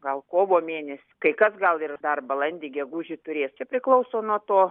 gal kovo mėnesį kai kas gal ir dar balandį gegužį turės čia priklauso nuo to